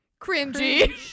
cringy